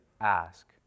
ask